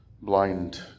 blind